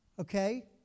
Okay